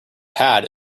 pad